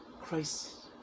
Christ